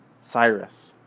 Cyrus